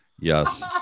yes